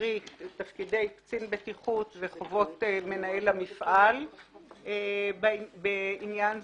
קרי תפקידי קצין בטיחות וחובות מנהל המפעל בעניין זה,